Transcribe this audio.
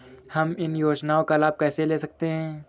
हम इन योजनाओं का लाभ कैसे ले सकते हैं?